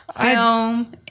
film